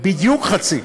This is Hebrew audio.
בדיוק חצי.